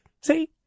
see